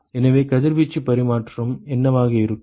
எனவே கதிர்வீச்சு பரிமாற்றம் என்னவாக இருக்கும்